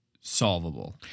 solvable